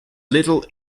little